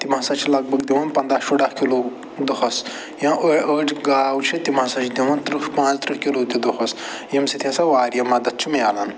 تِم ہسا چھِ لگ بگ دِوان پنٛداہ شُراہ کِلوٗ دۄہس یا أڑۍ گاو چھِ تِم ہسا چھِ دِوان تٕرٛہ پانٛژھ تٕرٛہ کِلوٗ تہِ دۄہس ییٚمہِ سۭتۍ ہسا وارِیاہ مدتھ چھُ مِلان